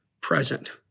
present